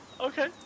okay